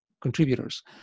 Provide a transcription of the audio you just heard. contributors